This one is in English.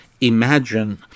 imagine